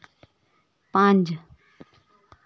पंज